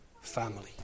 family